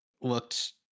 looked